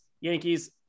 Yankees